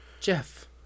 Jeff